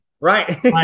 Right